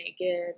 naked